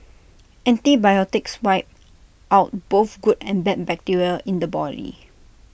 antibiotics wipe out both good and bad bacteria in the body